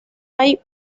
hay